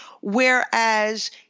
Whereas